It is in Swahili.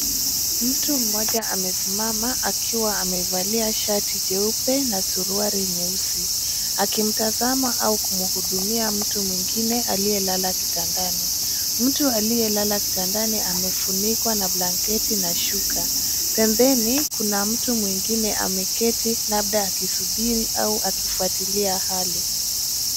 Mtu mmoja amesimama akiwa amevalia shati jeupe na suruali nyeusi. Akimtazama au kumhudumia mtu mwingine aliyelala kitandani. Mtu aliyelala kitandani amefunikwa na blanketi na shuka. Pembeni, kuna mtu mwingine ameketi labda akisubiri au akifuatilia hali.